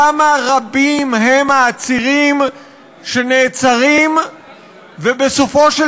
כמה רבים הם העצירים שנעצרים ובסופו של